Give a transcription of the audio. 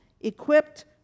equipped